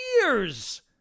years